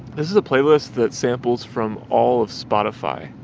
this is a playlist that samples from all of spotify